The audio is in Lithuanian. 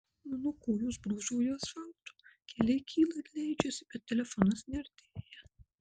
mano kojos brūžuoja asfaltu keliai kyla ir leidžiasi bet telefonas neartėja